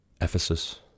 Ephesus